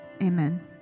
Amen